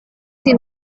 sin